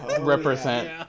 represent